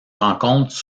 rencontre